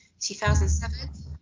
2007